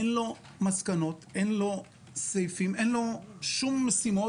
אין לו מסקנות, אין לו סעיפים, אין לו שום משימות